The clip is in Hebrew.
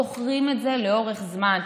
זוכרים את זה לאורך זמן.